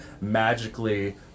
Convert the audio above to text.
magically